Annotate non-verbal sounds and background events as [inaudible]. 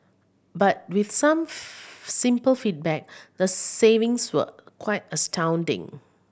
but with some [unintelligible] simple feedback the savings were quite astounding